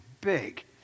big